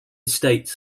states